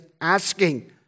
asking